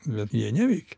bet jie neveikė